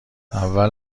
اول